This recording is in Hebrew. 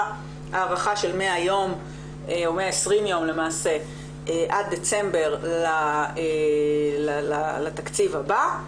הארכה של 120 יום עד דצמבר לתקציב הבא,